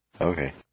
Okay